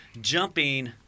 jumping